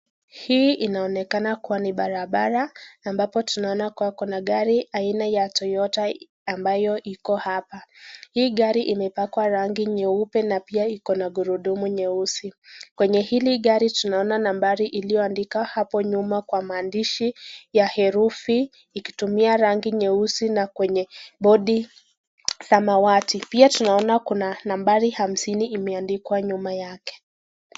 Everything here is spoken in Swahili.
Hii inaonekana kuwa ni barabara ambapo tunaona kuwa gari aina ya toyota ambayo iko hapa, hii gari imepakwa rangi nyeupe na pia iko na gurudumu nyeusi, kwenye hili gari tunaona numbari iliyoandikwa hapo nyuma kwa maandishi ya herufi ikitumia rangi nyeusi na kwenye bodi samawati. Pia tunaona kuna nambari hamsini imeandikwa nyuma yake.